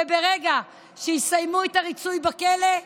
וברגע שיסיימו את הריצוי בכלא,